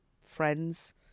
friends